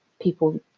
people